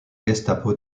gestapo